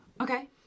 Okay